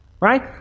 right